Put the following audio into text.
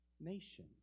nation